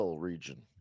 region